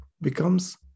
becomes